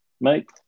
mate